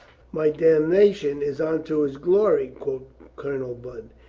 my damnation is unto his glory, quoth colonel budd,